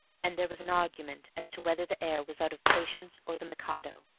and there was an argument as to whether the air was out of patience or the mikado.